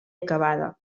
acabada